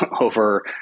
over